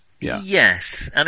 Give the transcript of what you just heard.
Yes